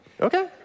okay